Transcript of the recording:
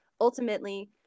ultimately